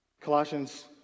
Colossians